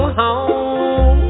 home